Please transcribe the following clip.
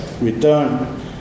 return